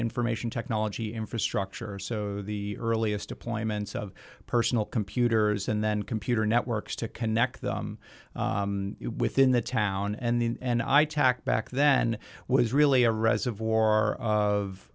information technology infrastructure so the earliest deployments of personal computers and then computer networks to connect them within the town and i tacked back then was really a reservoir of